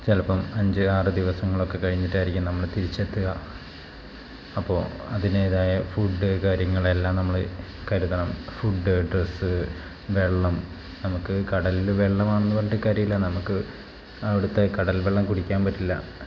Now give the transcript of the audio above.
ചിലപ്പം അഞ്ച് ആറ് ദിവസങ്ങളൊക്കെ കഴിഞ്ഞിട്ടായിരിക്കും നമ്മൾ തിരിച്ചെത്തുക അപ്പം അതിൻ്റേതായ ഫുഡ് കാര്യങ്ങളെല്ലാം നമ്മൾ കരുതണം ഫുഡ് ഡ്രസ്സ് വെള്ളം നമുക്ക് കടലിൽ വെള്ളമാണെന്ന് പറഞ്ഞിട്ട് കാര്യമില്ല നമുക്ക് അവിടുത്തെ കടൽ വെള്ളം കുടിക്കാൻ പറ്റില്ല